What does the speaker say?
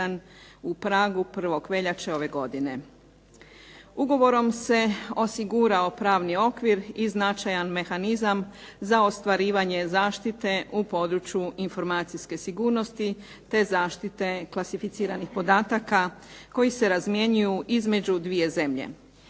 u Pragu 1. veljače ove godine. Ugovorom se osigurao pravni okvir i značajan mehanizam za ostvarivanje zaštite u području informacijske sigurnosti te zaštite klasificiranih podataka koji se razmjenjuju između dvije zemlje.